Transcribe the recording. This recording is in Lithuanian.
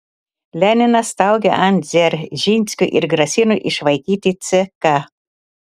leninas staugė ant dzeržinskio ir grasino išvaikyti ck